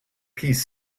piece